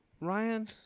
Ryan